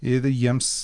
ir jiems